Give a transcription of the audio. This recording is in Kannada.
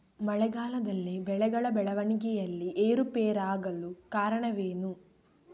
ಮಳೆಗಾಲದಲ್ಲಿ ಬೆಳೆಗಳ ಬೆಳವಣಿಗೆಯಲ್ಲಿ ಏರುಪೇರಾಗಲು ಕಾರಣವೇನು?